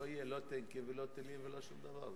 לא יהיו לא טנקים, לא טילים ולא שום דבר,